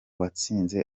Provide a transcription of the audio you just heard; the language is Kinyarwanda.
watsinze